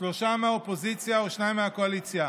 שלושה מהאופוזיציה ושניים מהקואליציה: